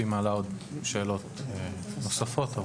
והיא מעלה שאלות נוספות,